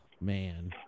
man